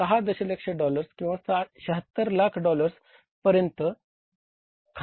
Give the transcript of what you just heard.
6 दशलक्ष डॉलर्स किंवा 76 लाख डॉलर्स पर्यंत खाली आणले होते